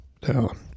down